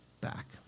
back